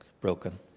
broken